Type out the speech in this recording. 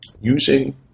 using